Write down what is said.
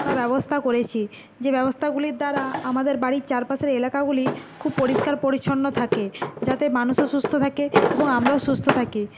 বা ব্যবস্থা করেছি যে ব্যবস্থাগুলির দ্বারা আমাদের বাড়ির চারপাশের এলাকাগুলি খুব পরিষ্কার পরিচ্ছন্ন থাকে যাতে মানুষও সুস্থ থাকে এবং আমরাও সুস্থ থাকি